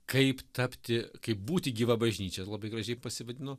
kaip tapti kaip būti gyva bažnyčia labai gražiai pasivadino